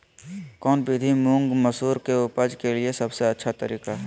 कौन विधि मुंग, मसूर के उपज के लिए सबसे अच्छा तरीका है?